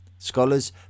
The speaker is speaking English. Scholars